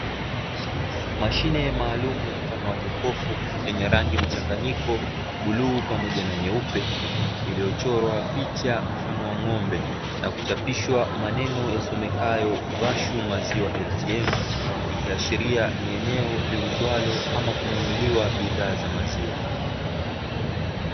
Mashine maalumu mfano wa jokofu yenye rangi mchanganyiko buluu pamoja na nyeupe, iliyochorwa picha mfano wa ng'ombe na kuchapishwa maneno yasomekayo: "Vashu maziwa ATM" ikiashiria ni eneo liuzwalo ama kununuliwa bidhaa za maziwa.